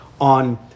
on